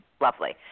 lovely